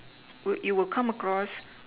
you would come across